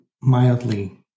mildly